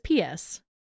PS